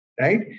right